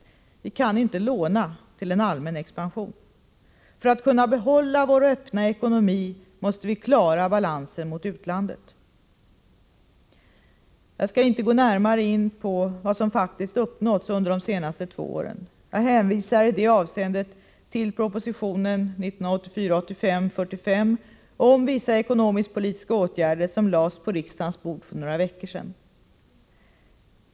Vi kan inte låna till en allmän expansion. För att kunna behålla vår öppna ekonomi måste vi klara balansen mot utlandet. Jag skall inte närmare gå in på vad som faktiskt uppnåtts under de senaste två åren. Jag hänvisar i det avseendet till den proposition, 1984/85:45, om vissa ekonomisk-politiska åtgärder som lades på riksdagens bord för några veckor sedan.